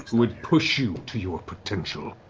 would push you to your potential.